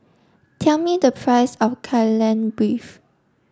tell me the price of Kai Lan Beef